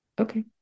okay